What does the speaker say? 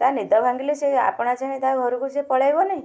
ତା' ନିଦ ଭାଙ୍ଗିଲେ ସିଏ ଆପଣା ଛାଏଁ ତା' ଘରକୁ ସେ ପଳାଇବ ନାହିଁ